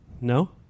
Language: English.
No